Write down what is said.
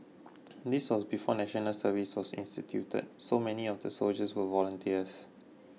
this was before National Service was instituted so many of the soldiers were volunteers